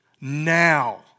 Now